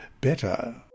better